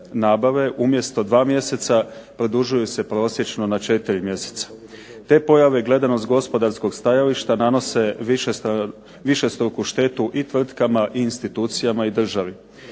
umjesto dva mjeseca produžuje se prosječno na 4 mjeseca. Te pojave gledano s gospodarskog stajališta nanose višestruku štetu i tvrtkama i institucijama i državi.